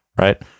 Right